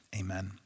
Amen